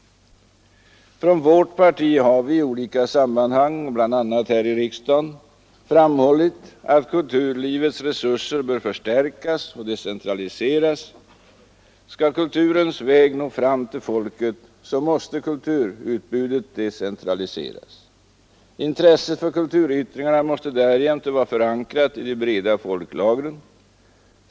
Från vårt parti har vi i olika sammanhang bl.a. här i riksdagen framhållit att kulturlivets resurser bör förstärkas och decentraliseras. Skall kulturens väg nå fram till folket måste kulturutbudet decentralise ras. Intresset för kulturyttringarna måste därjämte vara förankrat i de breda folklagren.